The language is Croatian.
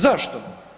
Zašto?